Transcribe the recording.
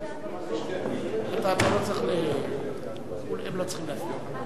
אתה לא צריך, הם לא צריכים להפריע.